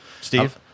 Steve